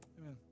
Amen